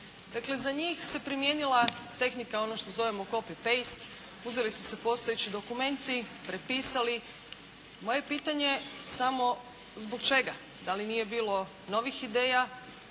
Dakle za njih se primijenila tehnika ono što zovimo copy paste. Uzeli su se postojeći dokumenti, prepisali. Moje pitanje je samo zbog čega? Da li nije bilo novih ideja